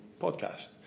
podcast